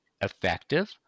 effective